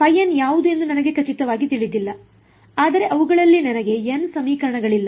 ϕn ಯಾವುದು ಎಂದು ನನಗೆ ಖಚಿತವಾಗಿ ತಿಳಿದಿಲ್ಲ ಆದರೆ ಅವುಗಳಲ್ಲಿ ನನಗೆ n ಸಮೀಕರಣಗಳಿಲ್ಲ